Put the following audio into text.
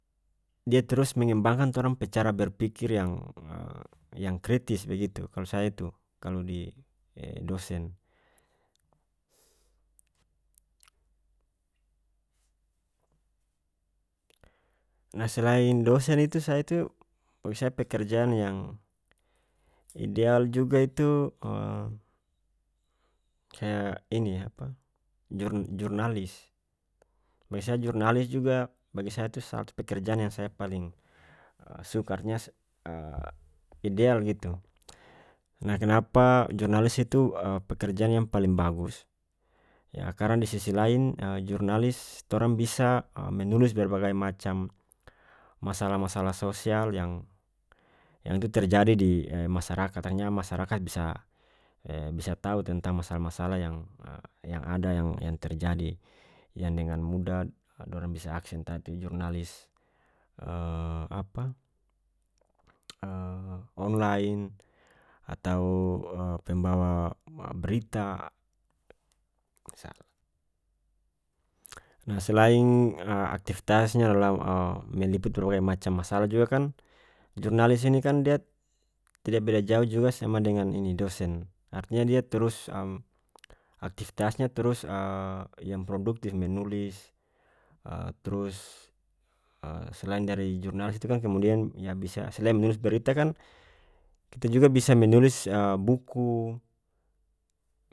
Dia trus mengembangkan torang pe cara berpikir yang yang kritis begitu kalu saya itu kalu di dosen nah selain dosen itu saya itu bagi saya pekerjaan yang ideal juga itu kaya ini apa jur-jurnalis bagi saya jurnalis juga bagi saya itu satu pekerjaan yang saya paling suka ideal gitu nah kenapa jurnalis itu pekerjaan yang paling bagus yah karena di sisi lain jurnalis torang bisa menulis berbagai macam masalah masalah sosial yang-yang itu terjadi di masyarakat akhirnya masyarakat bisa bisa tau tentang masalah masalah yang yang ada yang-yang terjadi yang dengan mudah dorang bisa aksen jurnalis apa online atau pembawa ma-berita salah nah selain aktifitasnya dalam meliput berbagai macam masalah juga kan jurnalis ini kan dia tidak beda jauh juga sama dengan ini dosen artinya dia turus aktifitasnya turus yang produktif menulis turus selain dari jurnalis itu kan kemudian yah bisa selain menulis berita kan kita juga bisa menulis buku.